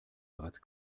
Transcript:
bereits